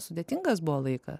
sudėtingas buvo laikas